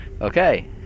Okay